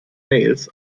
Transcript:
mails